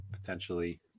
potentially